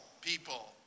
people